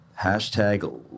hashtag